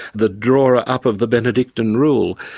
the drawer up of the benedictine rule.